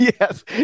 Yes